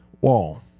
wall